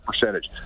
percentage